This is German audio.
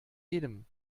jedem